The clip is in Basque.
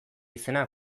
izena